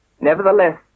nevertheless